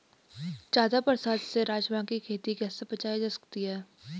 ज़्यादा बरसात से राजमा की खेती कैसी बचायी जा सकती है?